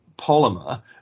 polymer